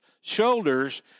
shoulders